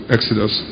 Exodus